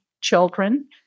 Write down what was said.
children